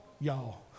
y'all